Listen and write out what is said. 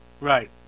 right